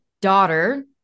daughter